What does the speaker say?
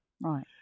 Right